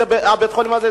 ובית-החולים הזה,